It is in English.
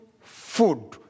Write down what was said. food